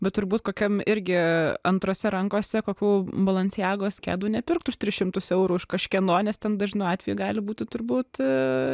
bet turbūt kokiam irgi antrose rankose kokių balensiagos kedų nepirktų už tris šimtus eurų už kažkieno nes ten dažnu atveju gali būti turbūt